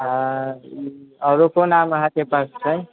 आ ई आरू कोन आम अहाँके पास छै